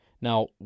Now